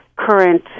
current